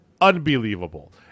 unbelievable